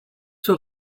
zur